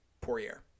Poirier